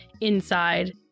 inside